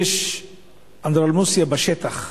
יש אנדרלמוסיה בשטח.